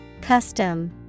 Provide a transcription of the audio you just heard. Custom